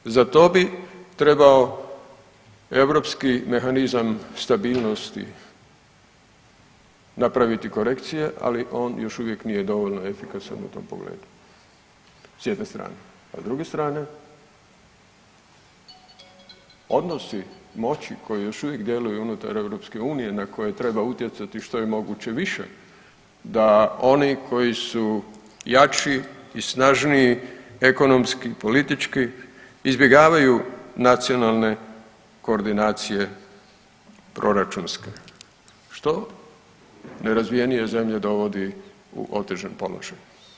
Za to bi trebao Europski mehanizam stabilnosti napraviti korekcije, ali on još uvijek nije dovoljno efikasan u tom pogledu, s jedne strane, a s druge strane, odnosi moći koji još uvijek djeluju unutar EU na koje treba utjecati što je moguće više da oni koji su jači i snažniji ekonomski, politički, izbjegavaju nacionalne koordinacije proračunske, što nerazvijeniji zemlje dovodi u otežan položaj.